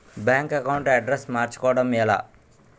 Bank account address మార్చుకోవడం ఎలా?